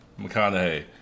McConaughey